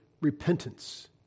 repentance